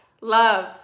love